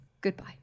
Goodbye